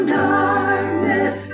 darkness